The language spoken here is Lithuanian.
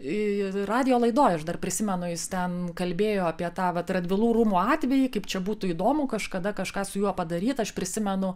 ir radijo laidoj aš dar prisimenu jis ten kalbėjo apie tą vat radvilų rūmų atvejį kaip čia būtų įdomu kažkada kažką su juo padaryt aš prisimenu